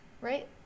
right